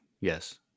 Yes